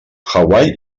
hawaii